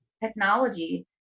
technology